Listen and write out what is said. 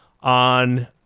on